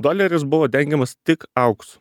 doleris buvo dengiamas tik auksu